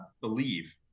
believe